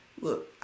look